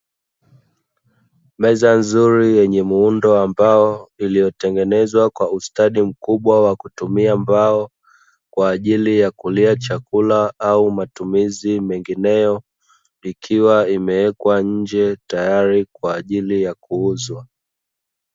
Meza nzuri yenye muundo wa mbao iliotengenezwa kwa ustadi mkubwa wa kutumia mbao, kwaajili ya kulia chakula au matumizi mengineyo ikiwa imewekwa nje tayari kwaajili ya kuuzwa.